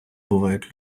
бувають